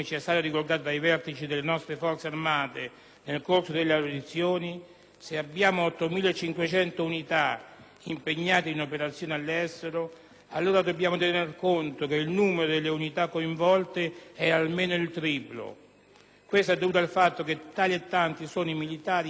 impegnate in operazioni all'estero, allora dobbiamo tener conto che il numero delle unità coinvolte è almeno il triplo. Questo è dovuto al fatto che tali e tanti sono i militari impegnati nelle varie fasi di approntamento, di recupero, di riorganizzazione